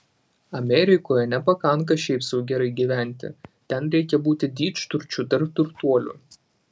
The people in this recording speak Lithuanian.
amerikoje nepakanka šiaip sau gerai gyventi ten reikia būti didžturčiu tarp turtuolių